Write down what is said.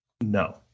no